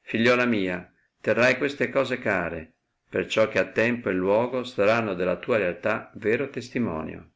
figliuola mia terrai queste cose care perciò che a tempo e luogo saranno della tua lealtà vero testimonio